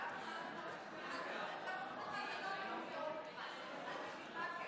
גם לא מטפלים במשפחות, אז בשביל מה כן?